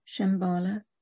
Shambhala